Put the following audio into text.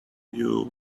you